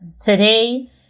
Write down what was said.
Today